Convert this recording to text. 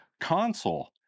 console